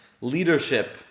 leadership